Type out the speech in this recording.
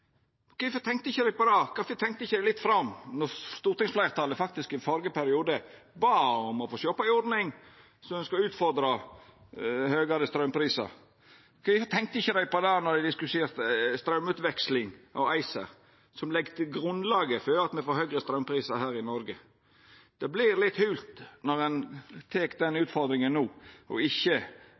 Kvifor tenkte dei ikkje på det, kvifor tenkte dei ikkje litt fram då stortingsfleirtalet i førre periode bad om å få sjå på ei ordning som skulle utfordra høgare straumprisar? Kvifor tenkte dei ikkje på det då dei diskuterte straumutveksling og ACER, som legg grunnlaget for at me får høgare straumprisar her i Noreg? Det vert litt holt når ein tek den utfordringa no og ikkje